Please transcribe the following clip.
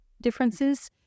differences